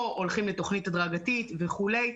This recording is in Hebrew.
או הולכים לתוכנית הדרגתית וכולי,